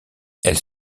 elles